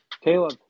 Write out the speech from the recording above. Caleb